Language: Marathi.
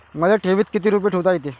मले ठेवीत किती रुपये ठुता येते?